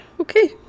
Okay